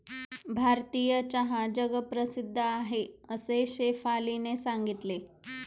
भारतीय चहा जगप्रसिद्ध आहे असे शेफालीने सांगितले